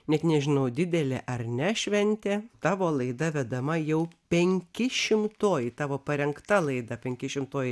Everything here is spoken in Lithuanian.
net nežinau didelė ar ne šventė tavo laida vedama jau penki šimtoji tavo parengta laida penki šimtoji